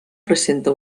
presenta